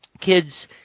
kids